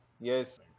Yes